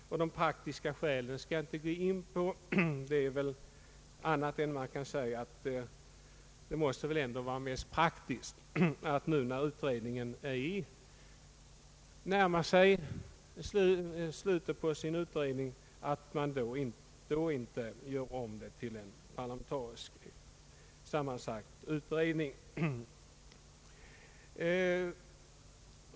De praktiska skälen skall jag inte gå in på, men det måste väl ändå vara mest praktiskt när nu U 68 går mot sitt slutskede att inte göra om den till en parlamentariskt sammansatt utredning.